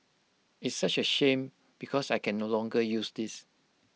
it's such A shame because I can no longer use this